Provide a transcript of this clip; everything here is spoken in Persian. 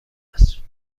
است